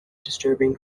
disturbing